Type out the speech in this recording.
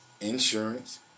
insurance